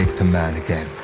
to man again.